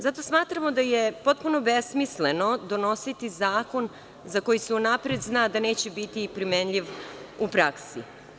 Zato smatramo da je potpuno besmisleno donositi zakon za koji se unapred zna da neće biti primenljiv u praksi.